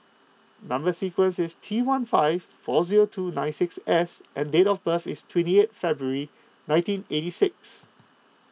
Number Sequence is T one five four zero two nine six S and date of birth is twenty eighth February nineteen eighty six